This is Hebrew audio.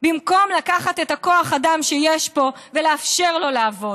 במקום לקחת את כוח האדם שיש פה ולאפשר לו לעבוד,